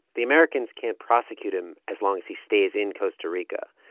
the americans can't prosecute him as long as he stays in costa rica.